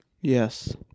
Yes